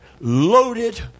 loaded